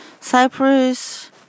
Cyprus